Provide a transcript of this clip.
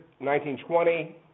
1920